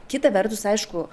kita vertus aišku